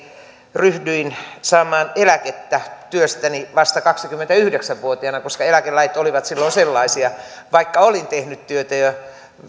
ryhdyin saamaan eläkettä työstäni vasta kaksikymmentäyhdeksän vuotiaana koska eläkelait olivat silloin sellaisia vaikka olin tehnyt työtä